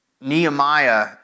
Nehemiah